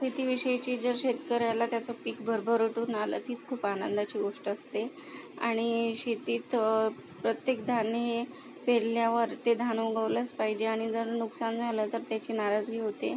शेतीविषयीची जर शेतकऱ्याला त्याचं पीक भरभराटून आलं तीच खूप आनंदाची गोष्ट असते आणि शेतीत प्रत्येक धान्य हे पेरल्यावर ते धान उगवलंच पाहिजे आणि जर नुकसान झालं तर त्याची नाराजगी होते